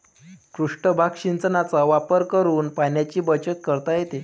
पृष्ठभाग सिंचनाचा वापर करून पाण्याची बचत करता येते